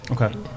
okay